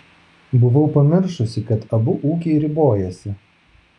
buvau pamiršusi kad abu ūkiai ribojasi